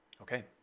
Okay